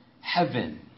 heaven